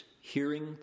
hearing